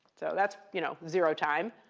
so that's you know zero time